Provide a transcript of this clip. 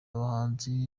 bahanzi